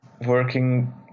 working